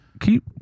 Keep